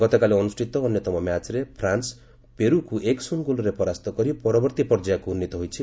ଗତକାଲି ଅନୁଷ୍ଠିତ ଅନ୍ୟତମ ମ୍ୟାଚ୍ରେ ଫ୍ରାନ୍ସ ପେରୁକୁ ଏକ ଶୂନ୍ ଗୋଲ୍ରେ ପରାସ୍ତ କରି ପରବର୍ତ୍ତୀ ପର୍ଯ୍ୟାକୁ ଉନ୍ନିତ ହୋଇଛି